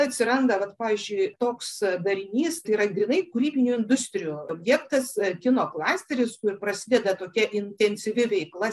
atsiranda vat pavyzdžiui toks darinys tai yra grynai kūrybinių industrijų objektas ar kino klasteris kur prasideda tokia intensyvi veikla